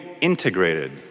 integrated